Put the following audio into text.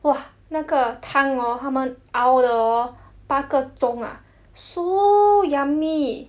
!wah! 那个汤 hor 他们熬了 hor 八个钟 ah so yummy